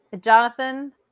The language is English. jonathan